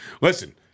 Listen